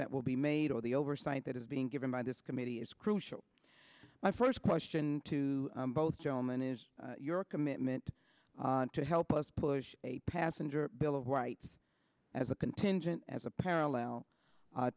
that will be made or the oversight that is being given by this committee is crucial my first question to both gentlemen is your commitment to help us push a passenger bill of rights as a contingent as a parallel